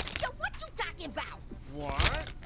yo, what you talking about? what?